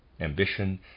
Ambition